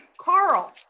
Carl